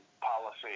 policy